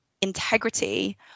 integrity